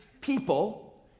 people